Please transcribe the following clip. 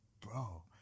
Bro